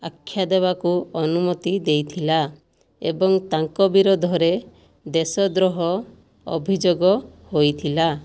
ଆଖ୍ୟା ଦେବାକୁ ଅନୁମତି ଦେଇଥିଲା ଏବଂ ତାଙ୍କ ବିରୋଧରେ ଦେଶଦ୍ରୋହ ଅଭିଯୋଗ ହୋଇଥିଲା